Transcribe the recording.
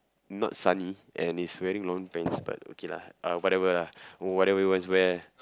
not sunny and he's wearing long pants but okay lah uh whatever lah whatever he wants to wear